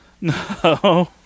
No